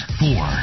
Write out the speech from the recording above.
four